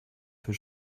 für